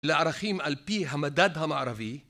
לערכים על פי המדד המערבי